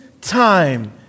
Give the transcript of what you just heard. time